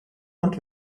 und